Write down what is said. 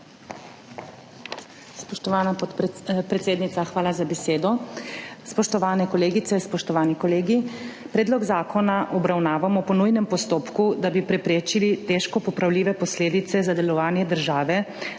hvala za besedo.